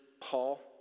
paul